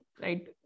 Right